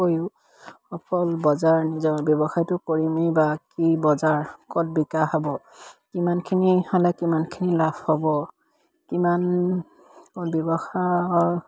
অকল বজাৰ নিজৰ ব্যৱসায়টো কৰিমেই বা কি বজাৰ ক'ত বিকাশ হ'ব কিমানখিনি হ'লে কিমানখিনি লাভ হ'ব কিমান ব্যৱসায়ৰ